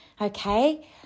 Okay